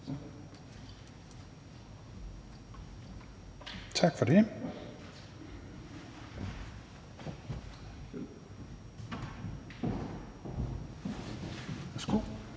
Tak for det. Der